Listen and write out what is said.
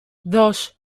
dos